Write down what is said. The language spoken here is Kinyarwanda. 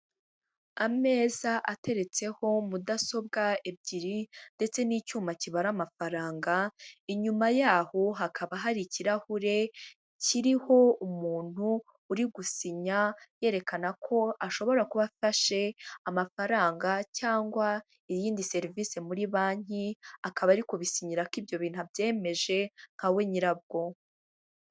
Ameza ateretseho mudasobwa ebyiri ndetse n'icyuma kibara amafaranga, inyuma yaho hakaba hari ikirahure kiriho umuntu uri gusinya yerekana ko ashobora kuba afashe amafaranga cyangwa iyindi serivisi muri banki akaba ariko kubisinyira ko ibyo bintu abyemeje nka we nyirabwo